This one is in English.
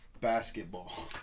basketball